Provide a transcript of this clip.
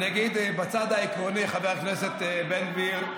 אני אגיד, בצד העקרוני, חבר הכנסת בן גביר: